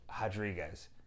Rodriguez